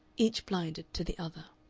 each blinded to the other.